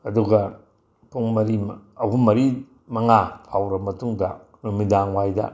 ꯑꯗꯨꯒ ꯄꯨꯡ ꯃꯔꯤ ꯑꯍꯨꯝ ꯃꯔꯤ ꯃꯉꯥ ꯐꯧꯔꯕ ꯃꯇꯨꯡꯗ ꯅꯨꯃꯤꯗꯥꯡ ꯋꯥꯏꯗ